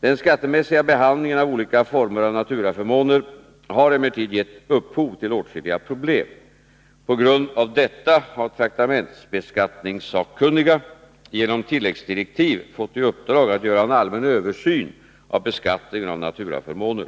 Den skattemässiga behandlingen av olika former av naturaförmåner har emellertid gett upphov till åtskilliga problem. På grund härav har traktamentsbeskattningssakkunniga genom tilläggsdirektiv fått i uppdrag att göra en allmän översyn av beskattningen av naturaförmåner.